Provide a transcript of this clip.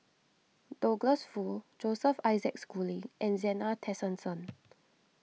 Douglas Foo Joseph Isaac Schooling and Zena Tessensohn